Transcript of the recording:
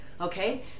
Okay